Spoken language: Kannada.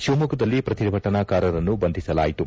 ಶಿವಮೊಗ್ಗದಲ್ಲಿ ಪ್ರತಿಭಟನಾಕಾರರನ್ನು ಬಂಧಿಸಲಾಯಿತು